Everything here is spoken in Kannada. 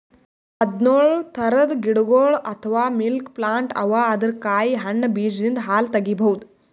ಹದ್ದ್ನೊಳ್ ಥರದ್ ಗಿಡಗೊಳ್ ಅಥವಾ ಮಿಲ್ಕ್ ಪ್ಲಾಂಟ್ ಅವಾ ಅದರ್ ಕಾಯಿ ಹಣ್ಣ್ ಬೀಜದಿಂದ್ ಹಾಲ್ ತಗಿಬಹುದ್